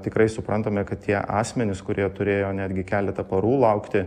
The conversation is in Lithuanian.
tikrai suprantame kad tie asmenys kurie turėjo netgi keletą parų laukti